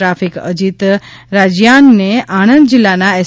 traffic Ajit રાજીયાનને આણંદ જિલ્લાના S